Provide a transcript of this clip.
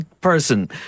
person